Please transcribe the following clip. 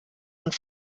und